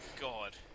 God